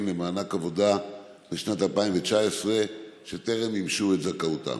למענק עבודה לשנת 2019 שטרם מימשו את זכאותם.